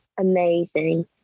amazing